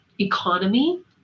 economy